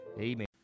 Amen